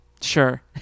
sure